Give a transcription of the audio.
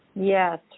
yes